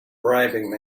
bribing